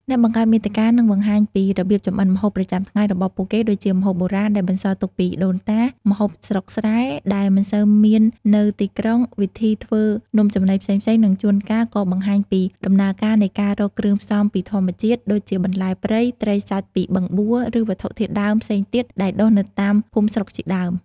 អ្នកបង្កើតមាតិកានឹងបង្ហាញពី របៀបចម្អិនម្ហូបប្រចាំថ្ងៃរបស់ពួកគេ ដូចជា ម្ហូបបុរាណដែលបន្សល់ទុកពីដូនតា ម្ហូបស្រុកស្រែដែលមិនសូវមាននៅទីក្រុង វិធីធ្វើនំចំណីផ្សេងៗ និងជួនកាលក៏បង្ហាញពីដំណើរការនៃការរកគ្រឿងផ្សំពីធម្មជាតិ ដូចជាបន្លែព្រៃ ត្រីសាច់ពីបឹងបួ ឬវត្ថុធាតុដើមផ្សេងទៀតដែលដុះនៅតាមភូមិស្រុកជាដើម។